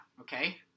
okay